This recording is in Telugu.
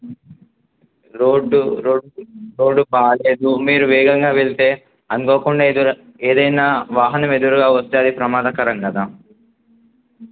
రోడ్డు రోడ్ రోడ్డు బాలేదు మీరు వేగంగా వెళ్తే అనుకోకుండా ఎదురు ఏదైనా వాహనం ఎదురుగా వస్తే అది ప్రమాదకరం కదా